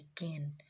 again